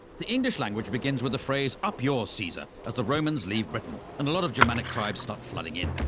the english language begins with the phrase up yours, caesar', as the romans leave britain and a lot of germanic tribes start flooding in.